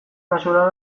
nazionala